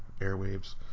airwaves